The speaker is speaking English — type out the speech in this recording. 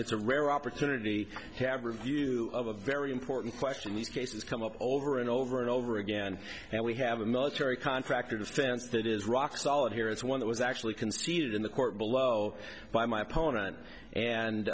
it's a rare opportunity have review of a very important question these cases come up over and over and over again and we have a military contractor defense that is rock solid here is one that was actually conceded in the court below by my opponent and